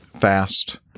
fast